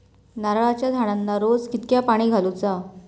नारळाचा झाडांना रोज कितक्या पाणी घालुचा?